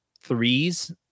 threes